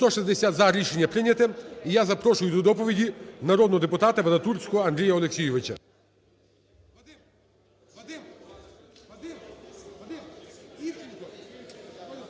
За-160 Рішення прийнято. І я запрошую до доповіді народного депутата Вадатурського Андрія Олексійовича.